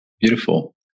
Beautiful